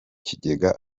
kigega